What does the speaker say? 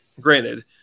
granted